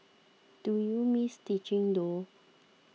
do you miss teaching though